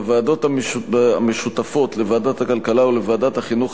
בוועדות המשותפות לוועדת הכלכלה ולוועדת החינוך,